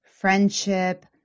friendship